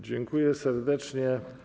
Dziękuję serdecznie.